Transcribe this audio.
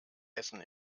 essen